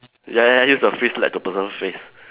ya ya use the fish slap the person's face